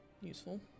useful